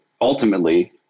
ultimately